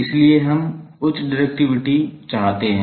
इसलिए हम उच्च डिरेक्टिविटी चाहते हैं